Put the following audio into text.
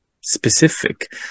specific